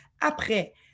Après